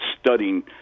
studying